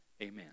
Amen